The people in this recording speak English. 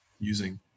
using